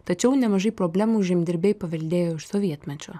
tačiau nemažai problemų žemdirbiai paveldėjo iš sovietmečio